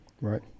Right